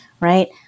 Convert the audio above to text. right